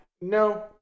No